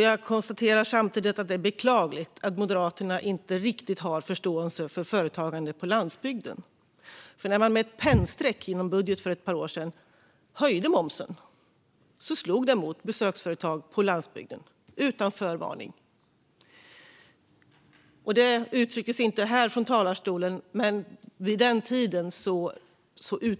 Jag konstaterar samtidigt att det är beklagligt att Moderaterna inte riktigt har förståelse för företagande på landsbygden. När man med ett pennstreck i någon budget för ett par år sedan höjde momsen slog det nämligen mot besöksföretag på landsbygden - utan förvarning. Det uttrycktes inte nu från talarstolen, men vid den tiden kom